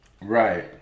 Right